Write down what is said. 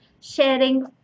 sharing